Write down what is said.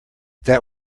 that